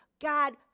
God